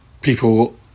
people